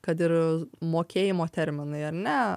kad ir mokėjimo terminai ar ne